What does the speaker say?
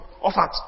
offered